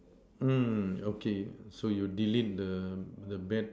mm okay so you delete the the bad